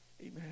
amen